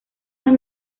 las